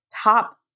top